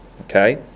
Okay